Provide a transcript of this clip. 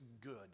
good